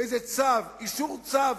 באיזה צו, אישור צו